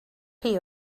chi